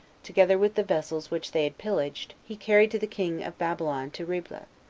together with the vessels which they had pillaged, he carried to the king of babylon to riblah,